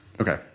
Okay